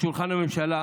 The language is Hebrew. לשולחן הממשלה.